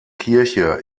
kirche